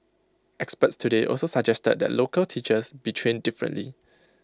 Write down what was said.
experts today also suggested that local teachers be trained differently